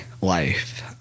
life